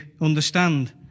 understand